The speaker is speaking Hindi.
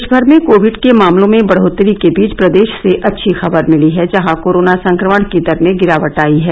देशभर में कोविड के मामलों में बढोतरी के बीच प्रदेश से अच्छी खबर मिली है जहां कोरोना संक्रमण की दर में गिरावट आई है